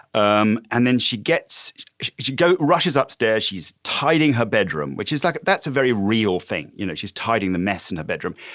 um and then she gets you go rushes upstairs, she's tidying her bedroom, which is like, that's a very real thing. you know, she's tidying the mess in her bedroom.